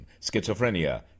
schizophrenia